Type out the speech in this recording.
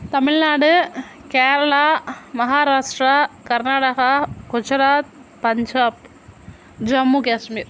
Tamil Nadu Kerala Maharashtra Karnataka Gujarat Punjab Jammu Kashmir